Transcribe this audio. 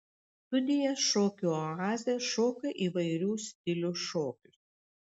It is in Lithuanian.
studija šokių oazė šoka įvairių stilių šokius